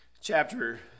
chapter